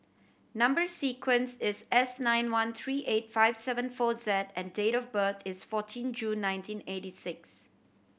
number sequence is S nine one three eight five seven four Z and date of birth is fourteen June nineteen eighty six